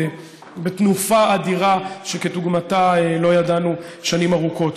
תנופה אדירה שכדוגמתה לא ידענו שנים ארוכות.